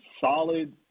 solid